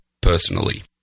personally